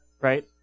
right